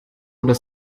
oder